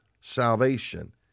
salvation